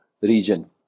region